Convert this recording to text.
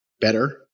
better